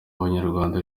abanyarwanda